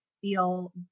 feel